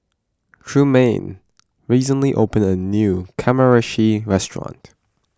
Trumaine recently opened a new Kamameshi restaurant